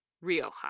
Rioja